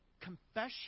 confession